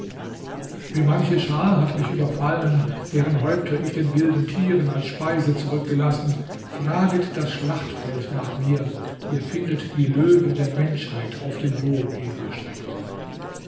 wie manche schar hat mich überfallen deren häupter ich den wilden tieren als speise zurückgelassen fraget das schlachtfeld nach mir ihr findet die löwen der menschheit auf den boden hingestreckt